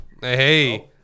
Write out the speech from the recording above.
Hey